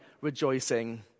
rejoicing